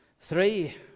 three